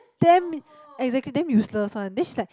damn exactly damn useless one then she's like